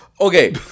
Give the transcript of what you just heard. Okay